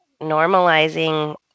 Normalizing